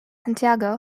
santiago